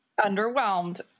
Underwhelmed